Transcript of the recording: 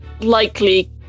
likely